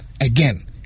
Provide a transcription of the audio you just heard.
again